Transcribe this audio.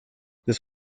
this